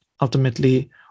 ultimately